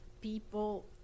people